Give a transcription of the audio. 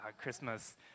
Christmas